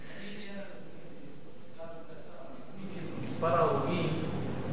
מספר הרוגים זה לא נתון שיכול להשתנות ביום אחד.